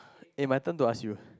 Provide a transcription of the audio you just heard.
eh my turn to ask you